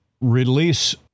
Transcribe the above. release